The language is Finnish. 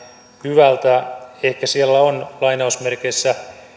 hyvältä ehkä siellä on lainausmerkeissä